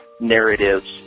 narratives